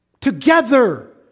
Together